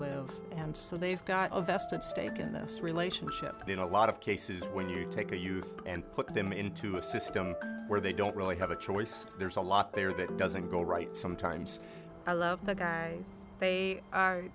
live and so they've got a vested stake in this relationship in a lot of cases when you take that and put them into a system where they don't really have a choice there's a lot there that doesn't go right sometimes i love the guy they